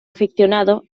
aficionado